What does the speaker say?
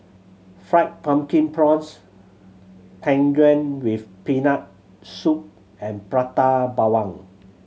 Fried Pumpkin Prawns Tang Yuen with Peanut Soup and Prata Bawang